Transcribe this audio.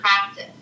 practice